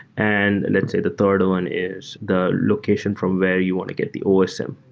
and let's say the third one is the location from where you want to get the osm,